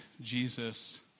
Jesus